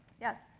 Yes